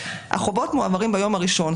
החובות מועברים ביום הראשון.